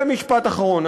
משפט אחרון.